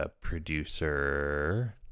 producer